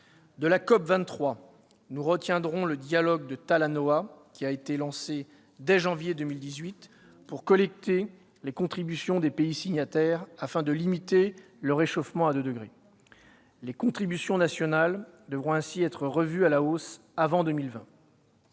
De la COP23, nous retiendrons le « dialogue de Talanoa », qui a été lancé dès janvier dernier pour collecter les contributions des pays signataires, afin de limiter le réchauffement à 2 degrés Celsius. Les contributions nationales devront ainsi être revues à la hausse avant 2020.